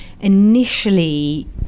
initially